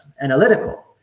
analytical